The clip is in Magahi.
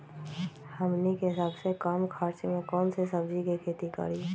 हमनी के सबसे कम खर्च में कौन से सब्जी के खेती करी?